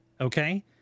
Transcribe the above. okay